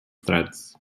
threads